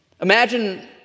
Imagine